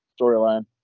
storyline